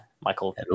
michael